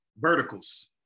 Verticals